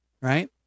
right